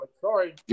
sorry